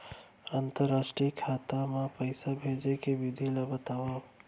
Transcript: अंतरराष्ट्रीय खाता मा पइसा भेजे के विधि ला बतावव?